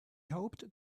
hoped